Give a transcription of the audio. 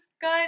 good